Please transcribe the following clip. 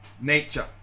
nature